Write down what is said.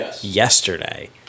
yesterday